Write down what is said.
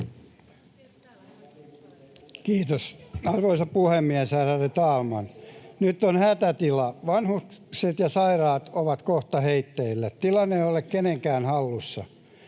Kiitos, arvoisa puhemies, ärade talman! Nyt on hätätila: vanhukset ja sairaat ovat kohta heitteillä. Tilanne ei ole kenenkään hallussa.